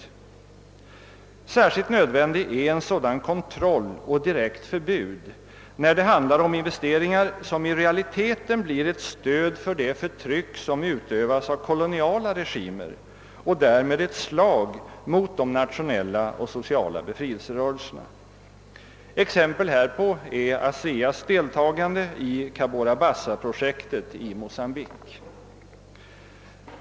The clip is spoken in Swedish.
Av särskilt stor vikt är en sådan kontroll och direkt förbud när det handlar om investeringar som i realiteten blir ett stöd för det förtryck som utövas av koloniala regimer och därmed ett slag mot de nationella och sociala befrielserörelserna. Exempel härpå är ASEA:s deltagande i Cabora Bassa-projektet i Mocambique.